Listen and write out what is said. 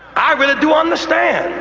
i really do understand.